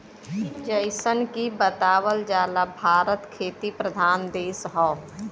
जइसन की बतावल जाला भारत खेती प्रधान देश हौ